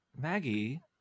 Maggie